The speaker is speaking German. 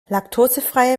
laktosefreie